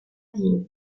ville